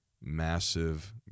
massive